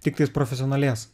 tiktai profesionalės